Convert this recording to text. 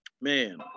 man